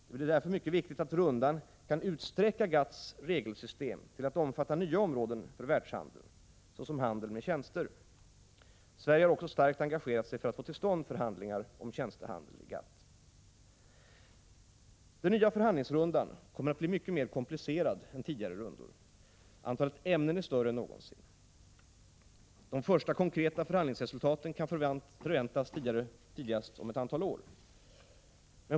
Det blir därför mycket viktigt att rundan kan utsträcka GATT:s regelsystem till att omfatta nya områden för världshandeln, såsom handeln med tjänster. Sverige har också starkt engagerat sig för att få till stånd förhandlingar om tjänstehandel i GATT. Den nya förhandlingsrundan kommer att bli mycket mer komplicerad än tidigare rundor. Antalet ämnen är större än någonsin. De första konkreta förhandlingsresultaten kan förväntas tidigast om ett antal år.